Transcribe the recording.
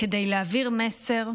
כדי להעביר מסר: